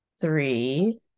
three